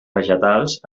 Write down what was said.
vegetals